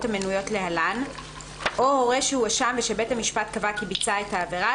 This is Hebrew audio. המנויות להלן או הורה שהואשם ושבית המשפט קבע כי ביצע את העבירה,